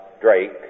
Drake